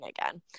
again